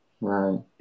right